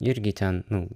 irgi ten nu